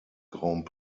grand